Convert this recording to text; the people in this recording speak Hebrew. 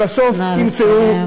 נא לסיים.